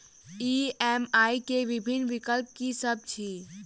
EMI केँ विभिन्न विकल्प की सब अछि